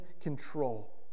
control